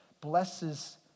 blesses